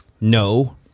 No